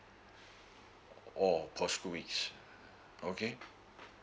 orh per school weeks okay